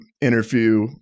interview